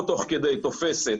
או תוך כדי תופסת